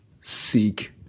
seek